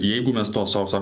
jeigu mes to sau sa